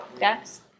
Yes